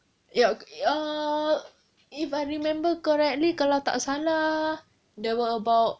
ya oh if I remember correctly tak salah there were about